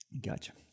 Gotcha